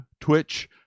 twitch